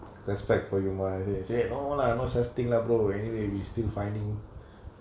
respect for you mah they say no lah no such thing lah brother anyway we still finding